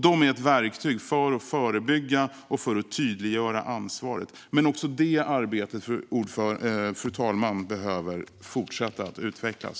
De är ett verktyg för att förebygga detta och för att tydliggöra ansvaret. Men också detta arbete, fru talman, behöver fortsätta att utvecklas.